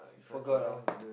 you forgot ah